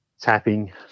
tapping